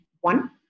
One